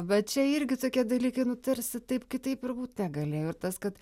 va čia irgi tokie dalykai nu tarsi taip kitaip ir būt negalėjo ir tas kad